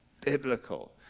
biblical